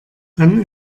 dann